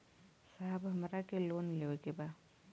साहब हमरा के लोन लेवे के बा